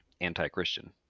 anti-Christian